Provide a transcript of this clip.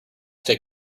take